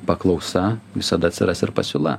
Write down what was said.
paklausa visada atsiras ir pasiūla